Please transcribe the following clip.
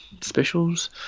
Specials